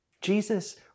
Jesus